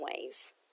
ways